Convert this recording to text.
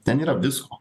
ten yra visko